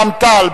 רע"ם-תע"ל,